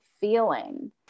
feeling